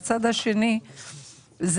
הצד השני זה